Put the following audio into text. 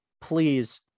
please